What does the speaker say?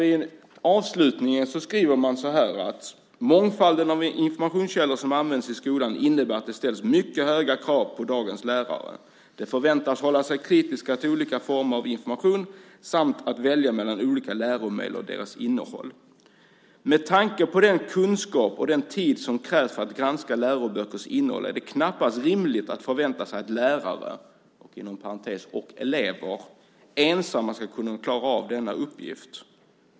I avslutningen skriver man nämligen: "Mångfalden av informationskällor som används i skolan innebär att det ställs mycket höga krav på dagens lärare - de förväntas förhålla sig kritiska till olika former av information samt att välja mellan olika läromedel och deras innehåll." Med tanke på den kunskap och den tid som krävs för att granska läroböckers innehåll är det knappast rimligt att förvänta sig att lärare - och elever - ensamma ska kunna klara av denna uppgift.